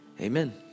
amen